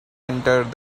entered